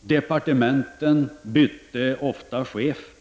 Departementen bytte ofta chefer.